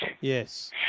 Yes